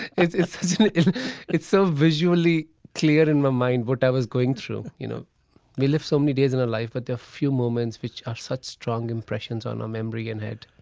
it's it's so visually clear in my mind what i was going through. you know we live so many days in our life, but there are few moments which are such strong impressions on our memory and head